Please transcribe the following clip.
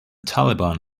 taliban